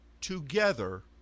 together